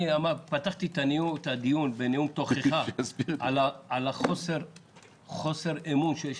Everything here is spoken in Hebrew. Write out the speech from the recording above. אני פתחתי בנאום תוכחה על חוסר האמון שיש